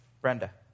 Brenda